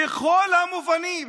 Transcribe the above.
בכל המובנים,